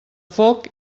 foc